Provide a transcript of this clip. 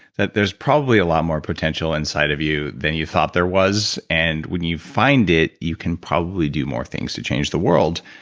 that there's probably a lot more potential inside of you then you thought there was and when you find it, you can probably do more things to change the world.